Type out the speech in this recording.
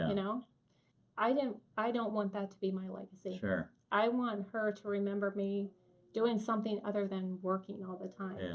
you know i don't i don't want that to be my legacy. i want her to remember me doing something other than working all the time. yeah